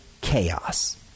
chaos